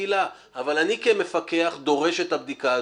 זו זכותי וחובתי יותר מזה לעשות זאת.